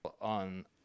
on